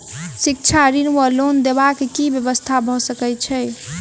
शिक्षा ऋण वा लोन देबाक की व्यवस्था भऽ सकै छै?